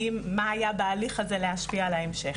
מה היה בהליך הזה להשפיע על ההמשך.